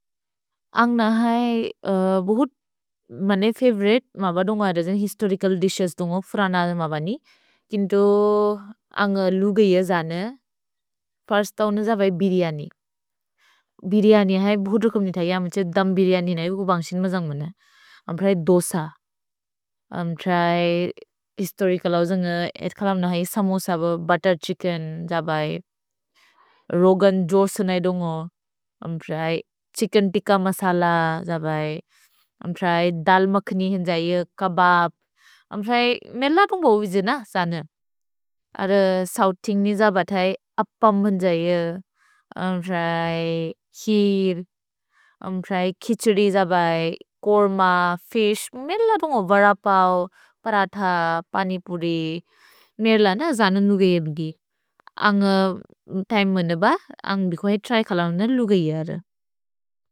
अन्ग् न है बोहुत् मने फवोउरिते म ब दुन्गो ऐद जन् हिस्तोरिचल् दिशेस् दुन्गो फुरन् आद म ब नि। किन्तु अन्ग् लु गैय जने, पर्स्तौ न जबै बिर्यनि। भिर्यनि है बोहुत् रुकुम् नि थगि, अम त्से दुम् बिर्यनि नै उकु बन्शिन् म जन्ग् म न। अम् प्रए दोस। अम् प्रए हिस्तोरिचल् औ जन्ग् एत्कल न है समोस ब, बुत्तेर् छिच्केन् जबै। रोगन् जोर्सोन् नै दुन्गो। अम् प्रए छिच्केन् तिक्क मसल जबै। अम् प्रए दल् मख्नि जैय, कबब्। अम् प्रए मेर ल दुन्गो बोहुत् विजि न जने। अर सौ तिन्ग्नि जबै थगि अप्पम् जैय। अम् प्रए खिर्। अम् प्रए खिछ्दि जबै, कोर्म, फिश्। मेर ल दुन्गो वद पव्, परथ, पनि पुरि। मेर ल न जने नु गैयन् गि। अन्ग् तिमे म न ब, अन्ग् बिकोजै त्रै कलौन लु गैय र।